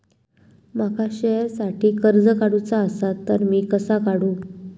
माका शेअरसाठी कर्ज काढूचा असा ता मी कसा काढू?